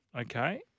Okay